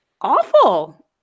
awful